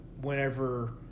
whenever